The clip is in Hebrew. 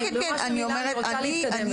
אני רוצה להתקדם.